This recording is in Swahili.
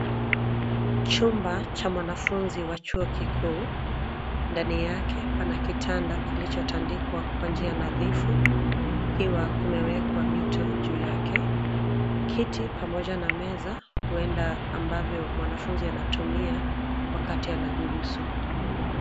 Chumba cha mwanafunzi wa chuo kikuu. Ndani yake pana kitanda kilichotandikwa kwa njia nadhifu kukiwa kumewekwa mito juu yake, kiti pamoja na meza huenda mwanafunzi anatumia wakati anadurusu.